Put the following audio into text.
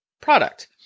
product